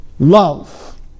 Love